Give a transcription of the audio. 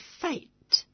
fate